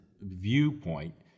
viewpoint